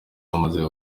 bamaze